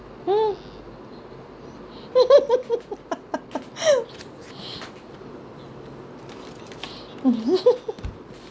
hmm